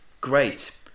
Great